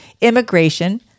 immigration